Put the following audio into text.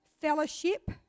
fellowship